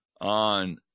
on